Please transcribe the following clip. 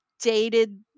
dated